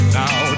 now